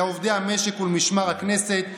לעובדי המשק ולמשמר הכנסת.